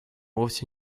вовсе